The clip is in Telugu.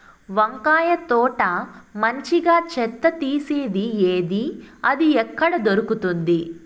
వంకాయ తోట మంచిగా చెత్త తీసేది ఏది? అది ఎక్కడ దొరుకుతుంది?